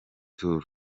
tour